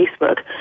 Facebook